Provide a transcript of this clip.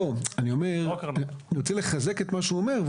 לא, אני רוצה לחזק את מה שהוא אומר.